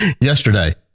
yesterday